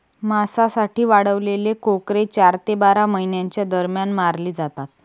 मांसासाठी वाढवलेले कोकरे चार ते बारा महिन्यांच्या दरम्यान मारले जातात